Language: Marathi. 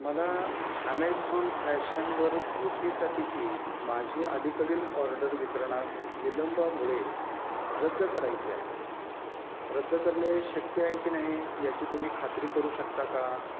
मला ॲमेझॉन फॅशनवर धोतीसाठीची माझी अलीकडील ऑर्डर वितरणास विलंबामुळे रद्द करायची आहे रद्द करणे शक्य आहे की नाही याची तुम्ही खात्री करू शकता का